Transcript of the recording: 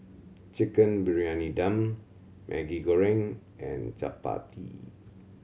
Chicken Briyani Dum Maggi Goreng and chappati